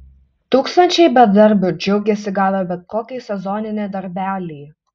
tūkstančiai bedarbių džiaugiasi gavę bet kokį sezoninį darbelį